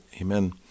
Amen